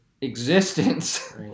existence